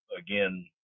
again